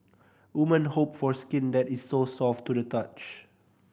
woman hope for skin that is so soft to the touch